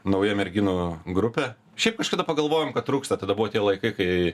nauja merginų grupė šiaip kažkada pagalvojom kad trūksta tada buvo tie laikai kai